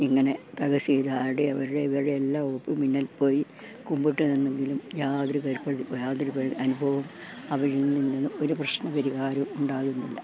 ഇങ്ങനെ തഹസിൽദാരുടെ അവരുടെയും ഇവരുടെയും എല്ലാം ഒപ്പും മുന്നിൽ പോയി കുമ്പിട്ട് നിന്നെങ്കിലും യാതൊരു ഹെല്പ് യാതൊരു അനുഭവം അവരിൽ നിന്നന്ന് ഒരു പ്രശ്ന പരിഹാരവും ഉണ്ടാകുന്നില്ല